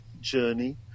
journey